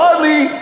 לא אני,